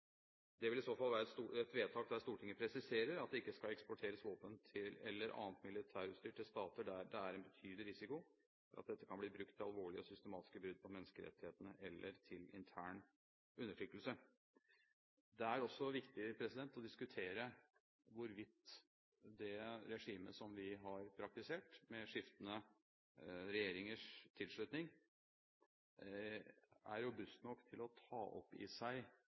Det vil i så fall være et vedtak der Stortinget presiserer at det ikke skal eksporteres våpen eller annet militærutstyr til stater der det er en betydelig risiko for at dette kan bli brukt til alvorlige og systematiske brudd på menneskerettighetene eller til intern undertrykkelse. Det er også viktig å diskutere hvorvidt det regimet som vi har praktisert, med skiftende regjeringers tilslutning, er robust nok til å ta opp i seg